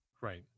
Right